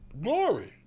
glory